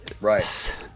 right